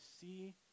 see